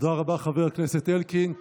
תודה רבה, חבר הכנסת אלקין.